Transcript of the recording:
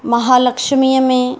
महालक्ष्मीअ में